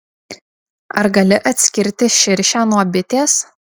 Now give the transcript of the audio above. ar gali atskirti širšę nuo bitės